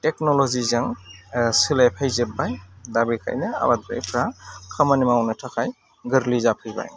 टेक्न'लजिजों सोलाय फैजोब्बाय दा बेखायनो आबादारिफ्रा खामानि मावनो थाखाय गोरलै जाफैबाय